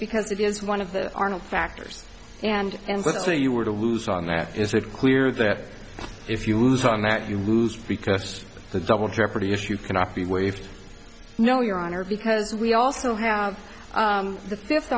because it is one of the arnold factors and and let's say you were to lose on that is it clear that if you lose on that you lose because of the double jeopardy issue cannot be waived no your honor because we also have the fifth